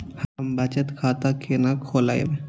हम बचत खाता केना खोलैब?